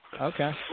Okay